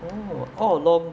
orh all along